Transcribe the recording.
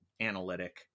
analytic